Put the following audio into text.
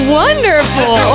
wonderful